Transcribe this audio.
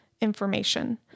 information